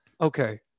okay